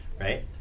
Right